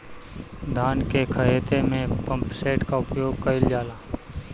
धान के ख़हेते में पम्पसेट का उपयोग कइल जाला?